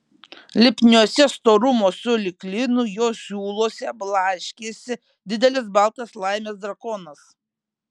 lipniuose storumo sulig lynu jo siūluose blaškėsi didelis baltas laimės drakonas